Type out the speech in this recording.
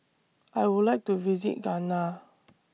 I Would like to visit Ghana